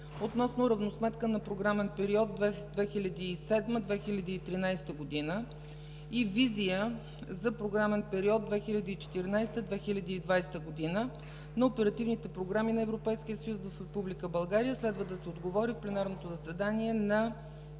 относно равносметка на програмен период 2007-2013 г. и визия за програмен период 2014-2020 г. на оперативните програми на Европейския съюз в Република България. Следва да се отговори в пленарното заседание на